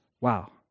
wow